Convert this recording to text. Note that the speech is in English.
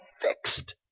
fixed